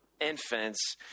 infants